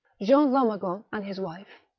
jean lemegren and his wife,